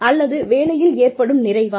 அல்லது வேலையில் ஏற்படும் நிறைவா